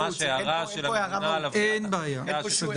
זה הערה של הממונה על הבניית החקיקה.